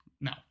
No